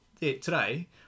today